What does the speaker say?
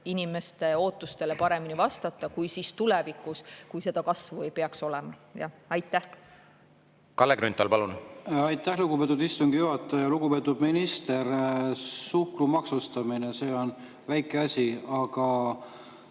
inimeste ootustele paremini vastata kui tulevikus, kui seda kasvu ei peaks olema. Kalle Grünthal, palun! Aitäh, lugupeetud istungi juhataja! Lugupeetud minister! Suhkru maksustamine on väike asi, aga